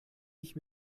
ich